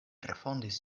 refondis